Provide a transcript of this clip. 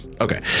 Okay